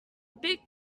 big